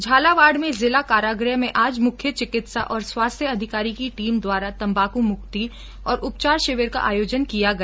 झालावाड में जिला कारागृह में आज मुख्य चिकित्सा और स्वास्थ्य अधिकारी की टीम द्वारा तम्बाकू मुक्ति और उपचार शिविर का आयोजन किया गया